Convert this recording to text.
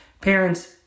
parents